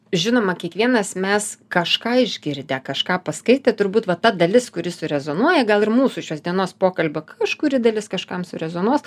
žinoma kiekvienas mes kažką išgirdę kažką paskaitę turbūt va ta dalis kuris rezonuoja gal ir mūsų šios dienos pokalbio kažkuri dalis kažkam surezonuos